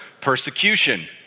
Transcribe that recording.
persecution